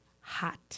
hot